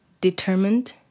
determined